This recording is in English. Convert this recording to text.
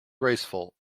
graceful